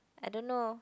I don't know